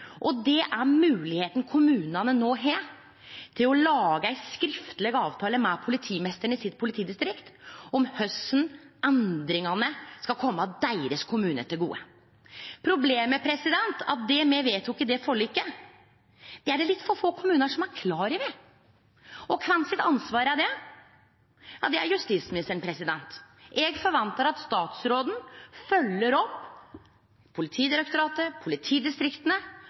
er moglegheita kommunane no har til å lage ein skriftleg avtale med politimeisteren i hans politidistrikt om korleis endringane skal kome deira kommune til gode. Problemet er at det me vedtok i forliket, er det litt for få kommunar som er klar over. Og kven sitt ansvar er det? Det er justisministeren sitt ansvar. Eg forventar at statsråden følgjer opp Politidirektoratet og politidistrikta,